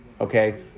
okay